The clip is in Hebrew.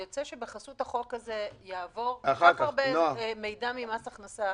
יוצא שבחסות החוק הזה יעבור כל כך הרבה מידע ממס הכנסה